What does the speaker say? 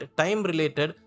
time-related